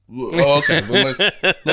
okay